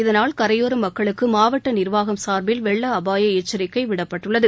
இதனால் கரையோர மக்களுக்கு மாவட்ட நிர்வாகம் சார்பில் வெள்ள அபாய எச்சிக்கை விடப்பட்டுள்ளது